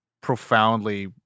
profoundly